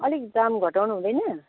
अलिक दाम घटाउनु हुँदैन